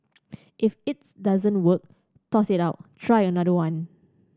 if its doesn't work toss it out try another one